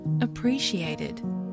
appreciated